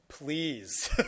Please